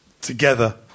together